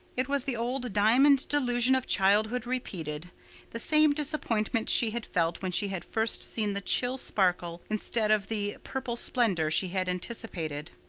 it was the old diamond disillusion of childhood repeated the same disappointment she had felt when she had first seen the chill sparkle instead of the purple splendor she had anticipated.